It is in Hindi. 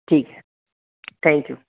ठीक थैंक यू